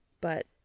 But